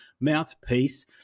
mouthpiece